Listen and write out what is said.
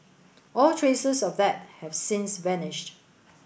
all traces of that have since vanished